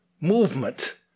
movement